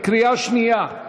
בקריאה שנייה.